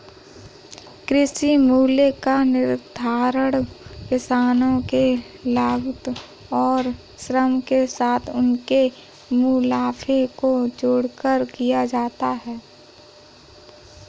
कृषि मूल्य का निर्धारण किसानों के लागत और श्रम के साथ उनके मुनाफे को जोड़कर किया जाता है